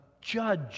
judge